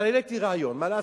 אבל העליתי רעיון, מה לעשות?